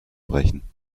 brechen